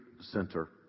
center